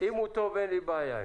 אם הוא טוב, אין לי בעיה.